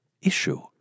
issue